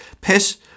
Piss